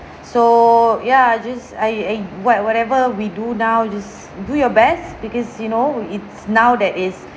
so ya just I I what whatever we do now just do your best because you know it's now that is